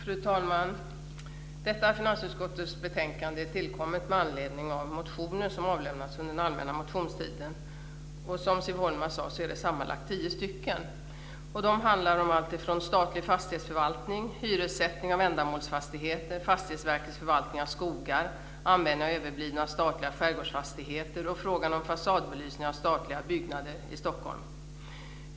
Fru talman! Detta finansutskottets betänkande är tillkommet med anledning av motioner som avlämnats under den allmänna motionstiden. Som Siv Holma sade är det sammanlagt tio stycken. De handlar om allt från statlig fastighetsförvaltning, hyressättning av ändamålsfastigheter, Fastighetsverkets förvaltning av skogar till användningen av överblivna statliga skärgårdsfastigheter och frågan om fasadbelysning av statliga byggnader i Stockholm.